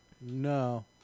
No